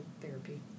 therapy